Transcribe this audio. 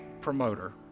promoter